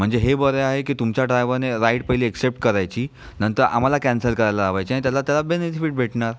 म्हणजे हे बरं आहे की म्हणजे तुमच्या ड्राइवरने राईड पहिले एक्सेप्ट करायची नंतर आम्हाला कॅन्सल करायला लावायची त्याला त्याचा बेनिफिट भेटणार